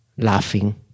Laughing